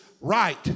Right